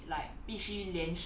if err